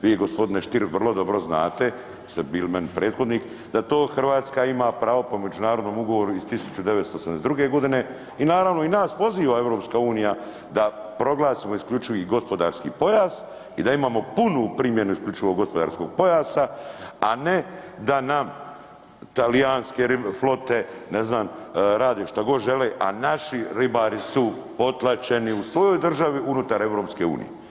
Vi gospodine Stier vrlo dobro znate jer ste bili meni prethodnik da to Hrvatska to ima pravo po Međunarodnom ugovoru iz 1982. i naravno i nas poziva EU da proglasimo isključivi gospodarski pojas i da imamo punu primjenu isključivog gospodarskog pojasa, a ne da nam talijanske flote ne znam rade šta god žele, a naši ribari su potlačeni u svojoj državi unutar EU.